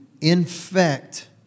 infect